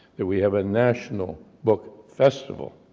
that we have a national book festival,